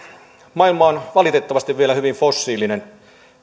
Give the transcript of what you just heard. maailma on valitettavasti vielä hyvin fossiilinen